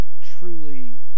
truly